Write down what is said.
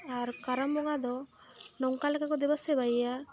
ᱟᱨ ᱠᱟᱨᱟᱢ ᱵᱚᱸᱜᱟ ᱫᱚ ᱱᱚᱝᱠᱟ ᱞᱮᱠᱟ ᱠᱚ ᱫᱮᱵᱟᱼᱥᱮᱵᱟᱭᱮᱭᱟ